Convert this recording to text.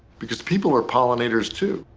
because people are pollinators too.